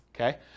okay